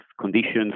conditions